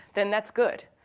then that's good.